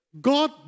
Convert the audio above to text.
God